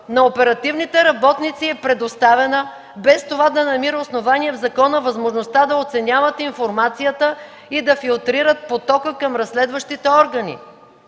На оперативните работници е предоставена, без това да намира основание в закона, възможността да оценяват информацията и да филтрират потока към разследващите органи.